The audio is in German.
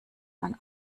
man